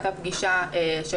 היתה פגישה טובה,